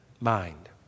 mind